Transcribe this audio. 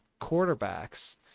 quarterbacks